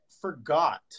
forgot